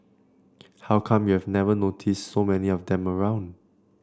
how come you've never noticed so many of them around